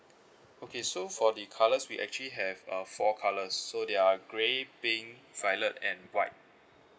okay so for the colours we actually have uh four colours so they are grey pink violet and white